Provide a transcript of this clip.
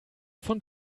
von